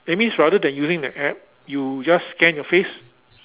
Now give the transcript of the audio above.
that means rather than using the app you just scan your face